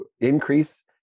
increase